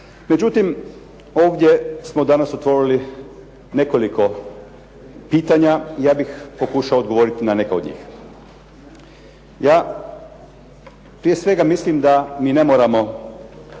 Međutim, ovdje smo danas otvorili nekoliko pitanja. Ja bih pokušao odgovoriti na neka od njih. Ja prije svega mislim da mi ne moramo